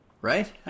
right